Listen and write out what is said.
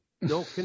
No